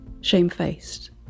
shamefaced